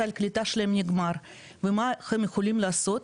סל הקליטה שלהם נגמר ומה הם יכולים לעשות?